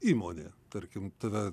įmonė tarkim tave